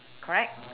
correct